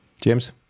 James